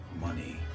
money